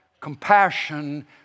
compassion